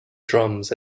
drums